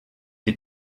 die